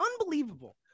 unbelievable